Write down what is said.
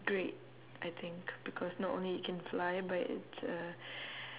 great I think because not only it can fly but it's a